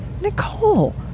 Nicole